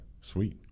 sweet